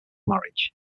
marriage